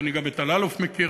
ואני גם את אלאלוף מכיר,